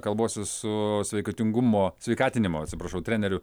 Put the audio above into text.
kalbuosi su sveikatingumo sveikatinimo atsiprašau treneriu